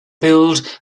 build